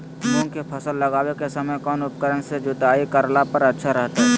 मूंग के फसल लगावे के समय कौन उपकरण से जुताई करला पर अच्छा रहतय?